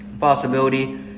possibility